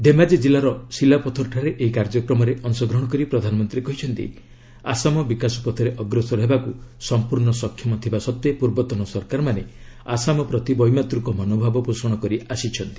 ଧେମାଜୀ ଜିଲ୍ଲାର ଶିଲାପଥରଠାରେ ଏହି କାର୍ଯ୍ୟକ୍ରମରେ ଅଂଶଗ୍ରହଣ କରି ପ୍ରଧାନମନ୍ତ୍ରୀ କହିଛନ୍ତି ଆସାମ ବିକାଶ ପଥରେ ଅଗ୍ରସର ହେବାକୁ ସମ୍ପର୍ଣ୍ଣ ସକ୍ଷମ ଥିବା ସଭ୍ଜେ ପୂର୍ବତନ ସରକାରମାନେ ଆସାମ ପ୍ରତି ବୈମାତୃକ ମନୋଭାବ ପୋଷଣ କରି ଆସିଛନ୍ତି